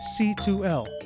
c2l